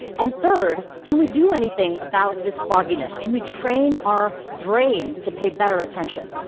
and third, can we do anything about this fogginess, can we train our brain to pay better attention?